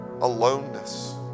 Aloneness